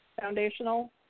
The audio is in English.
foundational